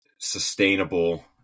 sustainable –